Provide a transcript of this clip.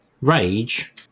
rage